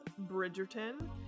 Bridgerton